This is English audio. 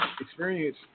Experience